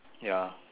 ya